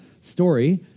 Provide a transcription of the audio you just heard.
story